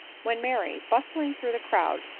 when mary, bustling through the crowd,